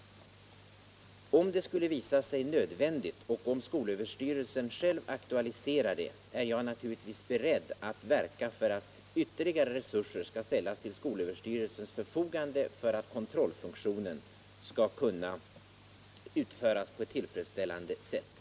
Om det skulle visa sig nödvändigt och om skolöverstyrelsen själv aktualiserar det är jag naturligtvis beredd att verka för att ytterligare resurser ställs till skolöverstyrelsens förfogande för att kontrollfunktionen skall kunna utföras på ett tillfredsställande sätt.